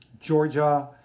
Georgia